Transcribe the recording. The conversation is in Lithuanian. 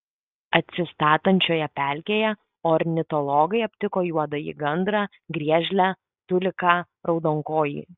atsistatančioje pelkėje ornitologai aptiko juodąjį gandrą griežlę tuliką raudonkojį